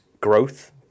growth